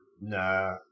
Nah